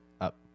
Up